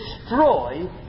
destroy